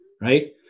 right